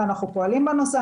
ואנחנו פועלים בנושא.